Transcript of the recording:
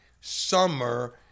summer